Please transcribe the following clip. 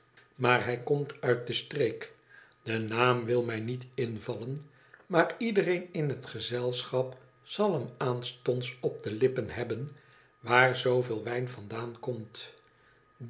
maar hij komt uit de streek de naam wil mij niet invallen maar iedereen in het gezelschap zal hem aanstonds op de lippen hebben waar zooveel wijn vandaan komt